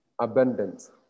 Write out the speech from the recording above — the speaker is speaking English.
abundance